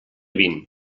vint